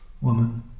woman